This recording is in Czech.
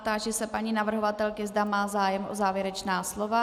Táži se paní navrhovatelky, zda má zájem o závěrečná slova.